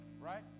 right